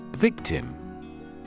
Victim